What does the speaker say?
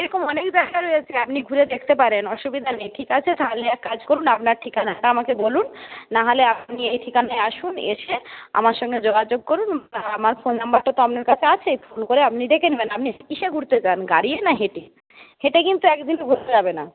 এরকম অনেক জায়গা রয়েছে আপনি ঘুরে দেখতে পারেন অসুবিধা নেই ঠিক আছে তাহলে এক কাজ করুন আপনার ঠিকানাটা আমাকে বলুন নাহলে আপনি এই ঠিকানায় আসুন এসে আমার সঙ্গে যোগাযোগ করুন আমার ফোন নম্বরটা তো আপনার কাছে আছে ফোন করে আপনি ডেকে নেবেন আপনি কিসে ঘুরতে চান গাড়ি না হেঁটে হেঁটে কিন্তু একদিনে ঘোরা যাবে না